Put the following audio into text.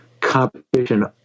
competition